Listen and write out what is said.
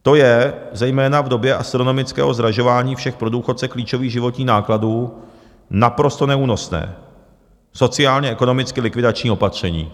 To je zejména v době astronomického zdražování všech pro důchodce klíčových životních nákladů naprosto neúnosné, sociálněekonomicky likvidační opatření.